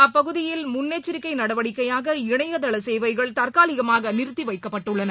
அப்பகுதியில் முன்னெச்சரிக்கை நடவடிக்கையாக இணையதள சேவைகள் தற்காலிகமாக நிறுத்தி வைக்கப்பட்டுள்ளன